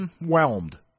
whelmed